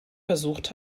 versucht